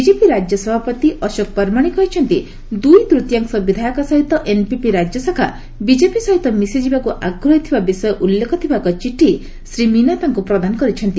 BJP ରାଜ୍ୟ ସଭାପତି ଅଶୋକ ପରମାଣି କହିଛନ୍ତି ଦୁଇ ତୃତୀୟାଂଶ ବିଧାୟକ ସହିତ ଏନ୍ପିପି ରାଜ୍ୟ ଶାଖା ବିଜେପି ସହିତ ମିଶିଯିବାକୁ ଆଗ୍ରହୀ ଥିବା ବିଷୟ ଉଲ୍ଲେଖ ଥିବା ଏକ ଚିଠି ଶ୍ରୀ ମୀନା ତାଙ୍କୁ ପ୍ରଦାନ କରିଛନ୍ତି